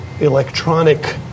electronic